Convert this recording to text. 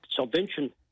subvention